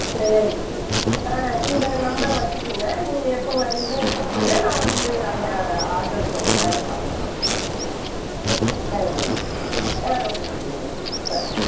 சரி சரி ஆ இந்த நம்பரை வைச்சுக்குங்க நீங்கள் எப்போது வர்றீங்களோ என்ன கூப்பிடுங்க நான் வந்து அங்கே அட்ரஸ் சொல்கிறேன் அங்கே பார்த்துக்கலாம் ச சரிங்கம்மா ஆ ரொம்ப நன்றிங்க சரி